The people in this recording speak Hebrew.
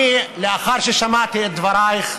לאחר ששמעתי את דברייך,